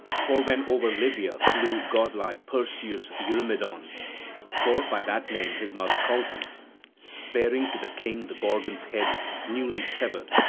for when over libya flew godlike perseus eurymedon for by that name his mother called him bearing to the king the gorgon's head newly severed,